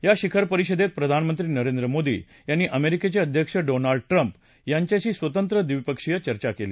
या शिखर परिषदेत प्रधानमंत्री नरेंद्र मोदी यांनी अमेरिकेचे अध्यक्ष डोनाल्ड ट्रंप यांच्याशी स्वतंत्र द्विपक्षीय चर्चा केली